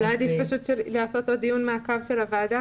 אולי עדיף לעשות עוד דיון מעקב של הוועדה,